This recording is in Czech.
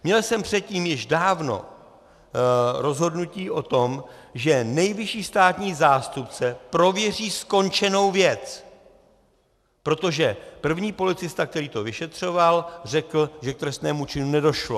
Měl jsem předtím již dávno rozhodnutí o tom, že nejvyšší státní zástupce prověří skončenou věc, protože první policista, který to vyšetřoval, řekl, že k trestnému činu nedošlo.